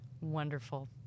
Wonderful